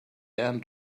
end